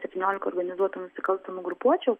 septyniolika organizuotų nusikalstamų grupuočių